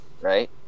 right